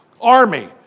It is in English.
army